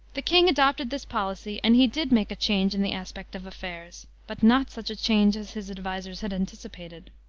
the king adopted this policy, and he did make a change in the aspect of affairs, but not such a change as his advisers had anticipated.